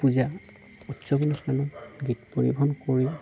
পূজা উৎসৱ অনুষ্ঠানত গীত পৰিৱেশন কৰি